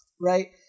right